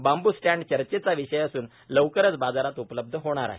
बांब् stand चर्चेचा विषय असून लवकरच बाजारात उपलब्ध होणार आहे